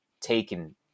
taken